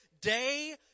day